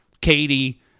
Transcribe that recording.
Katie